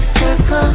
circle